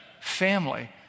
family